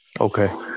Okay